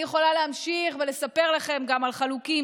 אני יכולה להמשיך ולספר לכם גם על חלוקים,